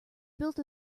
built